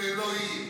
זה לא יהיה.